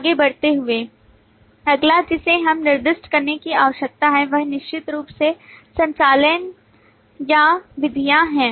आगे बढ़ते हुए अगला जिसे हमें निर्दिष्ट करने की आवश्यकता है वह निश्चित रूप से संचालन या विधियां हैं